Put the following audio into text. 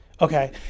Okay